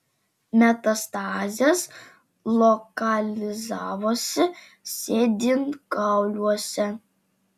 metastazės lokalizavosi sėdynkauliuose